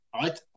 right